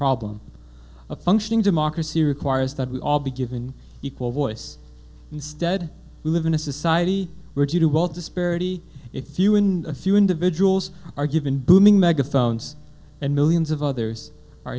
problem a functioning democracy requires that we all be given equal voice instead we live in a society where due to all disparity if you in a few individuals are given booming megaphones and millions of others are